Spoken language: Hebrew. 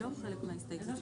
זה לא חלק מההסתייגות שלו.